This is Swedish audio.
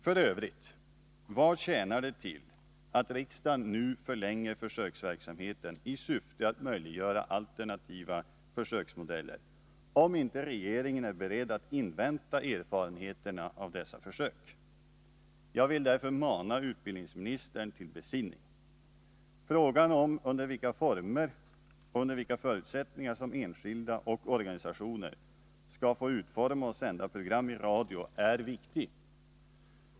För övrigt: Vad tjänar det till att riksdagen nu förlänger försöksverksamheten i syfte att möjliggöra alternativa försöksmodeller, om regeringen inte är beredd att invänta erfarenheterna av dessa försök? Jag vill därför mana utbildningsministern till besinning. Frågan om under vilka former och under vilka förutsättningar som enskilda och organisationer skall få göra program i radion är viktig.